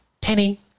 penny